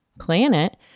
planet